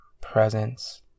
presence